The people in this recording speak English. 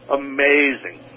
amazing